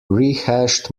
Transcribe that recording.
rehashed